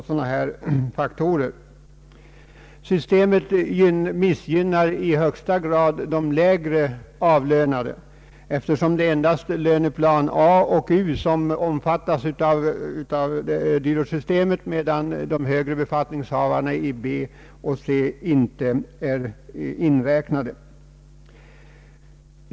Sådant missgynnar i högsta grad de lägre avlönade, eftersom det endast är löneplanerna A och U som omfattas av dyrortssystemet. De högre befattningshavarna i B och C är inte inräknade.